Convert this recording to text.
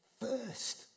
first